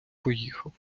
поїхав